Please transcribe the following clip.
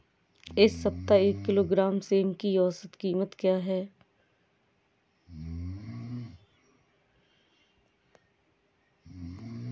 इस सप्ताह एक किलोग्राम सेम की औसत कीमत क्या है?